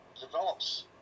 develops